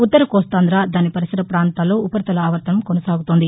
ఉత్తర కోస్తాంధ్ర దాని పరిసర పాంతాల్లో ఉపరితల ఆవర్తనం కొనసాగుతోంది